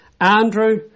Andrew